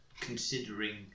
considering